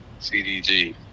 CDG